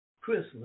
Christmas